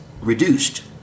reduced